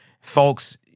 Folks